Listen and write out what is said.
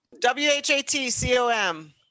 W-H-A-T-C-O-M